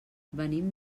venim